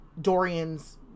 Dorian's